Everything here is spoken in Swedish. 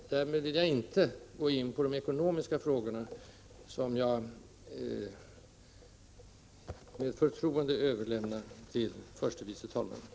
Däremot vill jag inte gå in på de ekonomiska frågorna, som jag med förtroende överlämnar till förste vice talmannen.